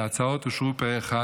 שההצעות אושרו פה אחד,